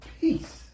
peace